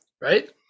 right